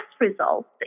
results